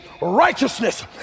righteousness